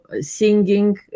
singing